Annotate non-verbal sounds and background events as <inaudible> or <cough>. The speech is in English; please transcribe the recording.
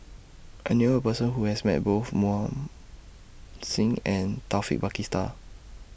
I knew A Person Who has Met Both Mohan Singh and Taufik <unintelligible>